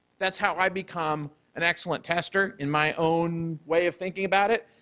that's how i become an excellent tester in my own way of thinking about it,